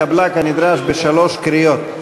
התקבלה כנדרש בשלוש קריאות.